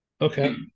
Okay